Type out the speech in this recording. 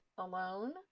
alone